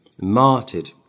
martyred